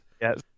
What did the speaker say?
Yes